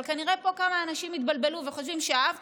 אבל כנראה פה כמה אנשים התבלבלו וחושבים ש"אהבת